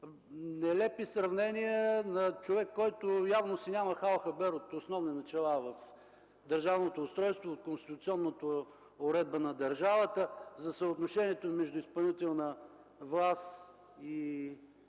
Нелепи сравнения на човек, който явно си няма хал-хабер от основни начала в държавното устройство, от конституционната уредба на държавата, от съотношението между изпълнителна власт и